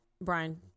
brian